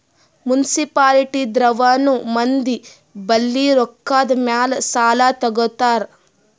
municipality ದವ್ರನು ಮಂದಿ ಬಲ್ಲಿ ರೊಕ್ಕಾದ್ ಮ್ಯಾಲ್ ಸಾಲಾ ತಗೋತಾರ್